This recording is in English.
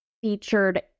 featured